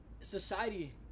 Society